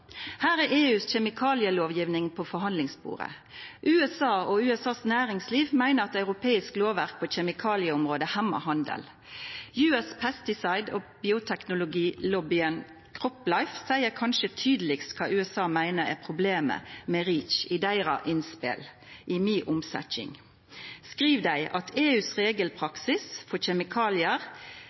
Her er EUs kjemikalielovgjeving på forhandlingsbordet. USA og USAs næringsliv meiner at europeisk lovverk på kjemikalieområdet hemmar handel. US Pesticide og bioteknologilobbyen CropLife seier kanskje tydelegast kva USA meiner er problemet med REACH i deira innspel. I mi omsetjing skriv dei at EUs regelpraksis for kjemikaliar